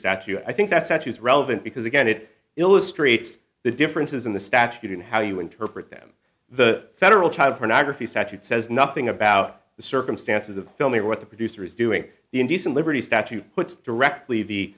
statue i think that's actually it's relevant because again it illustrates the differences in the statute in how you interpret them the federal child pornography statute says nothing about the circumstances of the film or what the producer is doing the indecent liberty statute puts directly the